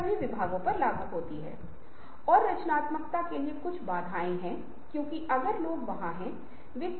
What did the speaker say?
अब उन विचारों में से कई हास्यास्पद एकमुश्त मजाकिया और बिल्कुल बेकार थे